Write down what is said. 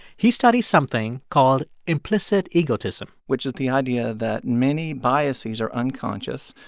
he studies something called implicit egotism which is the idea that many biases are unconscious.